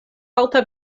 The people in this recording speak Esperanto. alta